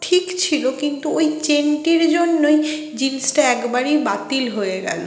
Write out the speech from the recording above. ঠিক ছিল কিন্তু ওই চেনটির জন্যই জিনসটা একবারেই বাতিল হয়ে গেল